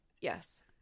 yes